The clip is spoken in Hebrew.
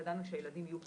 ידענו שהילדים יהיו חשופים,